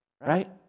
Right